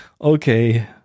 okay